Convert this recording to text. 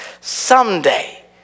Someday